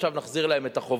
עכשיו נחזיר לה את החובות.